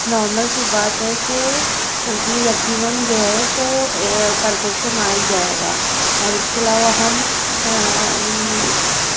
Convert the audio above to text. normal سی بات ہے کہ اس میں یقیناً جو ہے تو پرفیکشن آ ہی جائے گا اور اس کے علاوہ ہم